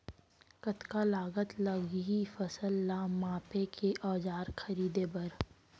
कतका लागत लागही फसल ला मापे के औज़ार खरीदे बर?